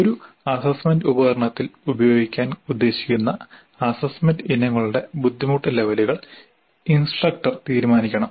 ഒരു അസ്സസ്സ്മെന്റ് ഉപകരണത്തിൽ ഉപയോഗിക്കാൻ ഉദ്ദേശിക്കുന്ന അസ്സസ്സ്മെന്റ് ഇനങ്ങളുടെ ബുദ്ധിമുട്ട് ലെവലുകൾ ഇൻസ്ട്രക്ടർ തീരുമാനിക്കണം